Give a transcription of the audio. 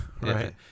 Right